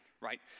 right